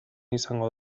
izango